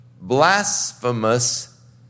blasphemous